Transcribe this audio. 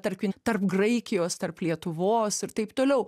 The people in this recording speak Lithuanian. tarkim tarp graikijos tarp lietuvos ir taip toliau